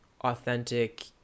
authentic